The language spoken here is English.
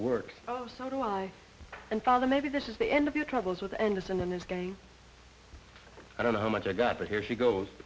works oh so do i and father maybe this is the end of your troubles with anderson and his game i don't know how much i got but here he goes